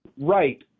Right